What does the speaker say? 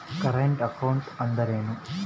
Current account ಅಂದರೇನು?